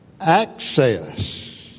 access